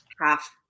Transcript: half